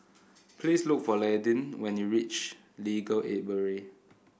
please look for Landyn when you reach Legal Aid Bureau